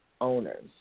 owners